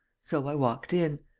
so i walked in.